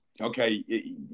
okay